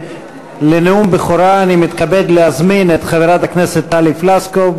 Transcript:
לנאום בכורה אני מתכבד להזמין את חברת הכנסת טלי פלוסקוב,